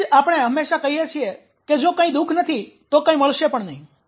તેથી જ આપણે હંમેશાં કહીએ છીએ કે જો કઇં દુખ નથી તો કઇં મળશે પણ નહીં